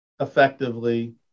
effectively